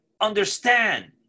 understand